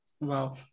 Wow